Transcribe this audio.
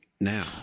now